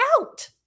out